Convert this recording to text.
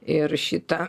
ir šį tą